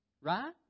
Right